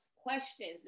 questions